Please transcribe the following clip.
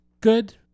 good